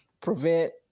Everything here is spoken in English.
prevent